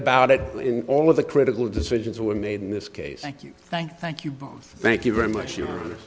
about it in all of the critical decisions were made in this case thank you thank thank you thank you very much